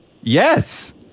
Yes